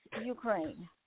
Ukraine